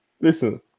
Listen